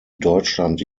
deutschland